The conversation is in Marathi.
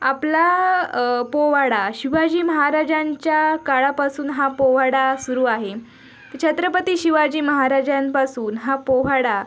आपला पोवाडा शिवाजी महाराजांच्या काळापासून हा पोवाडा सुरू आहे छत्रपती शिवाजी महाराजांपासून हा पोवाडा